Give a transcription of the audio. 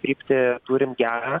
kryptį turim gerą